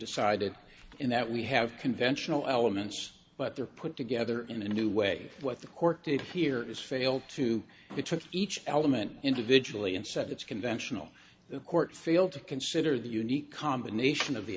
decided in that we have conventional elements but they're put together in a new way what the court did here is fail to be took each element individually and said that's conventional the court failed to consider the unique combination of the